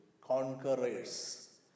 conquerors